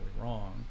wrong